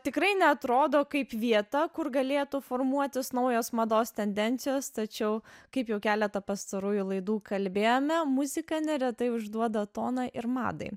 tikrai neatrodo kaip vieta kur galėtų formuotis naujos mados tendencijos tačiau kaip jau keletą pastarųjų laidų kalbėjome muzika neretai užduoda toną ir madai